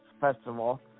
Festival